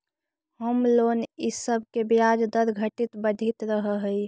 home loan इ सब के ब्याज दर घटित बढ़ित रहऽ हई